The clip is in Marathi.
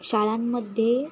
शाळांमध्ये